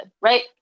right